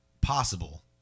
possible